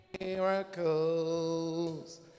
miracles